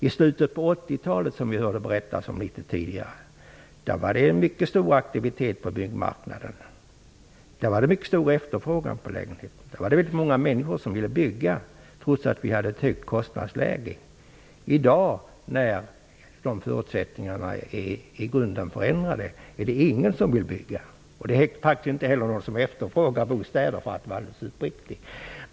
I slutet på 80-talet, som vi hörde berättas om tidigare, var det en mycket stor aktivitet på byggmarknaden. Det var mycket stor efterfrågan på lägenheter. Det fanns väldigt många människor som ville bygga trots att vi hade ett högt kostnadsläge. I dag när förutsättningarna är i grunden förändrade finns det ingen som vill bygga. Det finns faktiskt inte heller någon som efterfrågar bostäder, för att vara alldeles uppriktig.